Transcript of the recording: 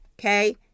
Okay